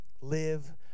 live